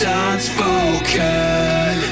unspoken